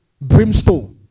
brimstone